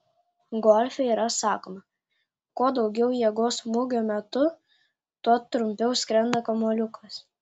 golfe yra sakoma kuo daugiau jėgos smūgio metu tuo trumpiau skrenda kamuoliukas